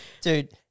Dude